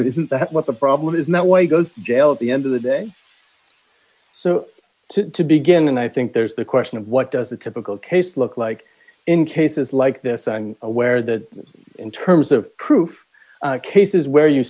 isn't that what the problem is not why he goes jail at the end of the day so to begin and i think there's the question of what does a typical case look like in cases like this i'm aware that in terms of proof cases where you